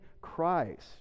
christ